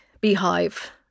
beehive